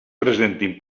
presentin